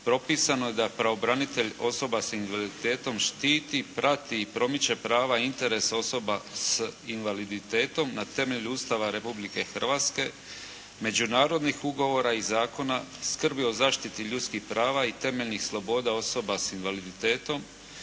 propisano da pravobranitelj osoba s invaliditetom štiti, pravi i promiče prava i interese osoba s invaliditetom na temelju Ustava Republike Hrvatske, međunarodnih ugovora i zakona skrbi o zaštiti ljudskih prava i temeljnih sloboda osoba s invaliditetom,